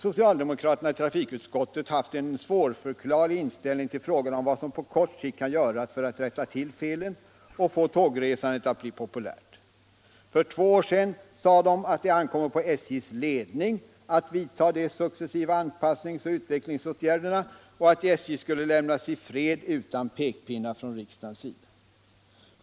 Socialdemokraterna i trafikutskottet har haft en svårförklarlig inställning till frågan om vad som på kort sikt kan göras för att rätta till felen och få tågresandet att bli populärt. För två år sedan sade de att det ankommer på SJ:s ledning att vidta de successiva anpassnings och utvecklingsåtgärderna och att SJ skulle lämnas i fred utan pekpinnar från riksdagens sida.